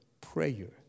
prayer